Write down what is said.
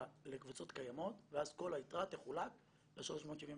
לקבוצות קיימות ואז כל היתרה תחולק ל-371.